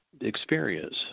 experience